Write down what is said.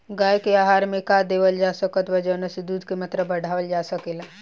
गाय के आहार मे का देवल जा सकत बा जवन से दूध के मात्रा बढ़ावल जा सके?